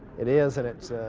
it is that it's